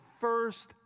first